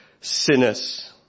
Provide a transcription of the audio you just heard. sinners